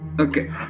Okay